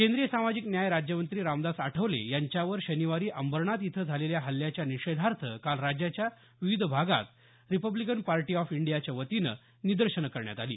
केंद्रीय सामाजिक न्याय राज्यमंत्री रामदास आठवले यांच्यावर शनिवारी अंबरनाथ इथं झालेल्या हल्ल्याच्या निषेधार्थ काल राज्याच्या विविध भागात रिपब्लिकन पार्टी ऑफ इंडियाच्या वतीने निदर्शनं करण्यात आली